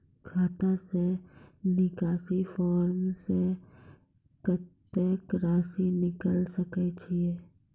खाता से निकासी फॉर्म से कत्तेक रासि निकाल सकै छिये?